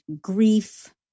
grief